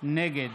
נגד